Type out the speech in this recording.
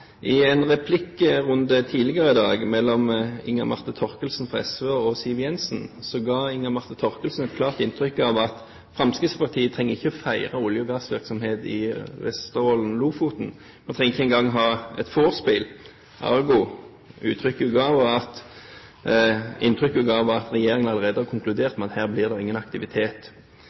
I en replikkrunde tidligere i dag mellom Inga Marte Thorkildsen fra SV og Siv Jensen ga Inga Marte Thorkildsen et klart inntrykk av at Fremskrittspartiet ikke trenger å feire olje- og gassvirksomhet i Vesterålen og Lofoten. Man trenger ikke engang ha et vorspiel. Ergo: Inntrykket hun ga, var at regjeringen allerede har konkludert med at her blir det ingen aktivitet.